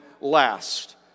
last